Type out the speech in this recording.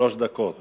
שלוש דקות.